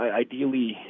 ideally